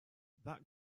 that